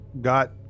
got